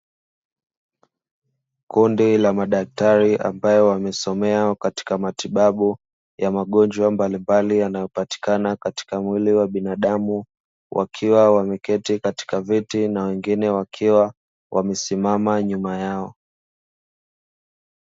Kundi la madaktari, ambao wamesomea katika matibabu ya magonjwa mbalimbali yanayopatikana katika mwili wa binadamu, wakiwa wameketi katika viti na wengine wakiwa wamesimama nyuma yao.